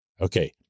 Okay